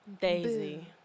Daisy